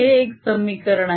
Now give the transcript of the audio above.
हे एक समीकरण आहे